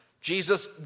Jesus